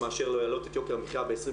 מאשר להעלות את יוקר המחיה ב-20%,